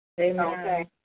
Amen